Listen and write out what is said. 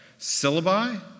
syllabi